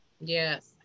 yes